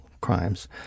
crimes